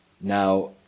Now